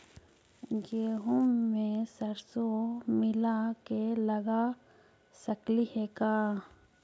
गेहूं मे सरसों मिला के लगा सकली हे का?